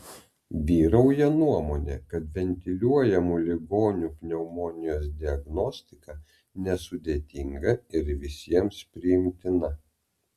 vyrauja nuomonė kad ventiliuojamų ligonių pneumonijos diagnostika nesudėtinga ir visiems priimtina